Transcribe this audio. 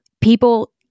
people